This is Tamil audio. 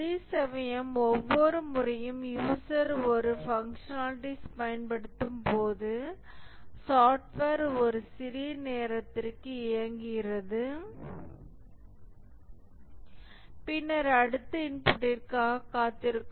அதேசமயம் ஒவ்வொரு முறையும் யூசர் ஒரு பங்ஸனாலிடீஸ் பயன்படுத்தும்போது சாப்ட்வேர் ஒரு சிறிய நேரத்திற்கு இயங்குகிறது பின்னர் அடுத்த இன்புட்ற்காக காத்திருக்கும்